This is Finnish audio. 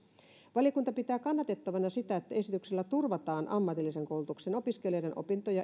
valiokunta pitää kannatettavana sitä että esityksellä turvataan ammatillisen koulutuksen opiskelijoiden opintojen